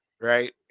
right